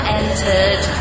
entered